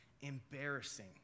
embarrassing